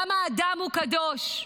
גם האדם הוא קדוש.